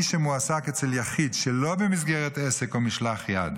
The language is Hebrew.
מי שמועסק אצל יחיד שלא במסגרת עסק או משלח יד.